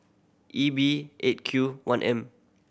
E B Eight Q one M